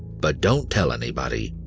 but don't tell anybody.